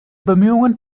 bemühungen